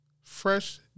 fresh